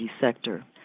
sector